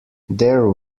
their